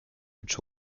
which